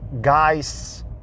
guys